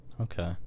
Okay